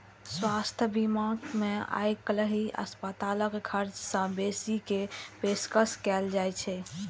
स्वास्थ्य बीमा मे आइकाल्हि अस्पतालक खर्च सं बेसी के पेशकश कैल जाइ छै